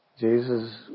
Jesus